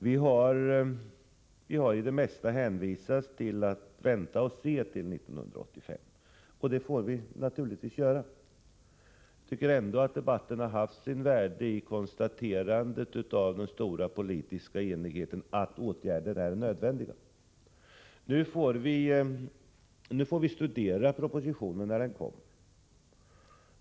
Vi har i de flesta fallen fått hänvisningen: Vänta och se till 1985. Det får vi naturligtvis göra. Debatten har ändå haft sitt värde, då vi nu kan konstatera den stora politiska enighet som råder om att åtgärder är nödvändiga. Vi får studera propositionen när den kommer.